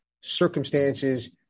circumstances